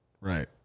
Right